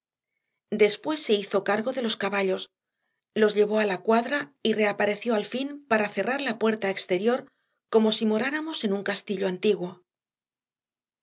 inferioryvolverla espalda d espuéssehizo cargo de los caballos los llevó a la cuadra y reapareció alfin para cerrar la puerta exterior comosimoráramosen un castilloantiguo h eathcliffhabló un